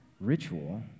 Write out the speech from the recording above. ritual